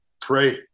pray